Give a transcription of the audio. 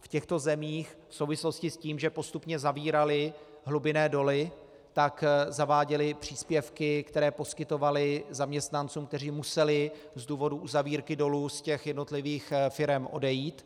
V těchto zemích v souvislosti s tím, že postupně zavírali hlubinné doly, tak zaváděli příspěvky, které poskytovali zaměstnancům, kteří museli z důvodu uzavírky dolů z jednotlivých firem odejít.